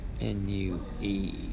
N-U-E